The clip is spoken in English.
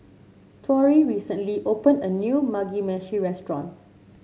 Torrie recently opened a new Mugi Meshi Restaurant